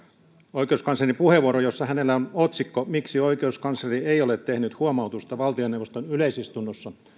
oikeuskanslerin puheenvuoro jossa hänellä on otsikko miksi oikeuskansleri ei ole tehnyt huomautusta valtioneuvoston yleisistunnossa